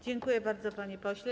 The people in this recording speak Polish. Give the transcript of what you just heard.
Dziękuję bardzo, panie pośle.